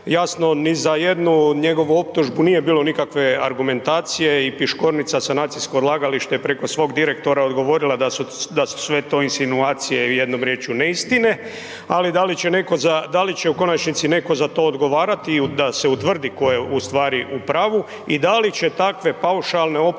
Jasno, ni za jednu njegovu optužbu nije bilo nikakve argumentacije i Piškornica sanacijsko odlagalište je preko svog direktora odgovorila da su sve to insinuacije i jednom riječju neistine ali da li će u konačnici neko za to odgovarati i da se utvrdi ko je ustvari u pravu i da li će takve paušalne optužbe,